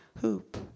hoop